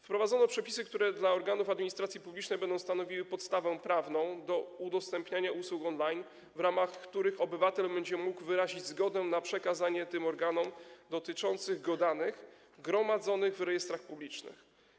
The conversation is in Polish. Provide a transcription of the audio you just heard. Wprowadzono przepisy, które dla organów administracji publicznej będą stanowiły podstawę prawną do udostępniania usług on-line, w ramach których obywatel będzie mógł wyrazić zgodę na przekazanie tym organom dotyczących go danych gromadzonych w rejestrach publicznych.